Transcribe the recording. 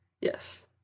Yes